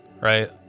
right